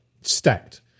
Stacked